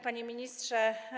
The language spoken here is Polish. Panie Ministrze!